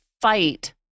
fight